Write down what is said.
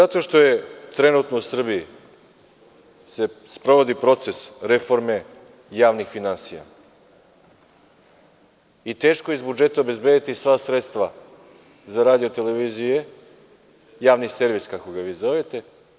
Pa, zato što se trenutno u Srbiji sprovodi proces reforme javnih finansija i teško je iz budžeta obezbediti sva sredstva za radio-televizije, tj. javni servis, kako ga vi zovete.